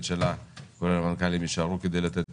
שלה כולל המנכ"לים יישארו כדי לתת תשובות.